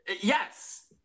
Yes